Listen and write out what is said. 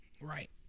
Right